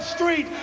Street